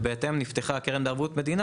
ובהתאם לכך נפתחה הקרן לערבות המדינה,